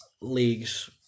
Leagues